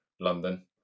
London